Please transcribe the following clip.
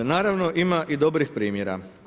Naravno ima i dobrih primjera.